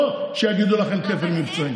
לא שיגידו לך שאין כפל מבצעים.